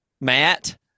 matt